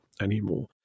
anymore